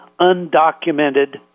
undocumented